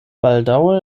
baldaŭe